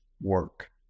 work